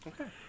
Okay